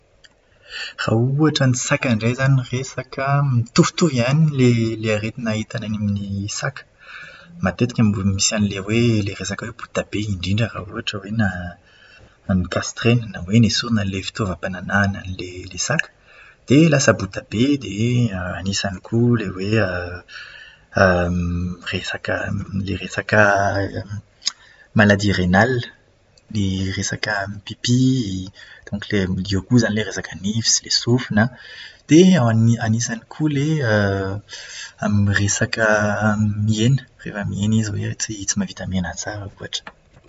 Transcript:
Raha ohatra ny saka indray izany no resaka an, mitovitovy ihany ilay aretina hita any amin'ny saka. Matetika misy an'ilay hoe resaka bota be indrindra raha ohatra hoe na- na no-castré-na na hoe noesorina ilay fitaovam-pananahan'ilay saka. Dia lasa bota be dia anisany koa ilay hoe resaka ilay resaka "maladie rénale", ilay resaka mipipi ilay alika koa izany ilay resaka nify sy sofina an, dia an- anisany koa ilay amin'ny resaka miaina, rehefa miaina izy dia tsy mahavita miaina tsara ohatra.